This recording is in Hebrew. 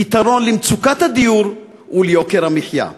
פתרון למצוקת הדיור וליוקר המחיה.